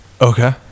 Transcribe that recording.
Okay